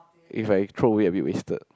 if I throw away a bit wasted